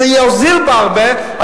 זה יוזיל בהרבה.